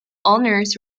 honors